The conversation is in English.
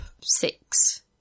six